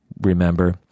remember